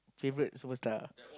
favorite superstar